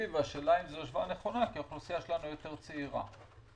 והשאלה אם ההשוואה נכונה כי האוכלוסייה שלנו צעירה יותר.